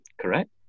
Correct